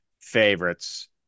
favorites